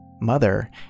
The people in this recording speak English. mother